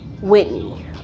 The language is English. Whitney